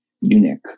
eunuch